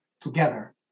together